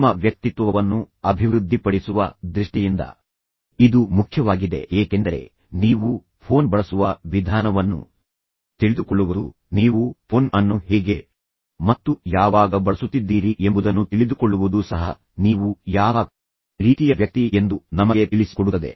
ನಿಮ್ಮ ವ್ಯಕ್ತಿತ್ವವನ್ನು ಅಭಿವೃದ್ಧಿಪಡಿಸುವ ದೃಷ್ಟಿಯಿಂದ ಇದು ಮುಖ್ಯವಾಗಿದೆ ಏಕೆಂದರೆ ನೀವು ಫೋನ್ ಬಳಸುವ ವಿಧಾನವನ್ನು ತಿಳಿದುಕೊಳ್ಳುವುದು ನೀವು ಫೋನ್ ಅನ್ನು ಹೇಗೆ ಮತ್ತು ಯಾವಾಗ ಬಳಸುತ್ತಿದ್ದೀರಿ ಎಂಬುದನ್ನು ತಿಳಿದುಕೊಳ್ಳುವುದು ಸಹ ನೀವು ಯಾವ ರೀತಿಯ ವ್ಯಕ್ತಿ ಎಂದು ನಮಗೆ ತಿಳಿಸಿಕೊಡುತ್ತದೆ